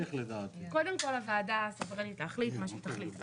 קודם כל, הוועדה סוברנית להחליט מה שהיא תחליט.